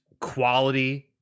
quality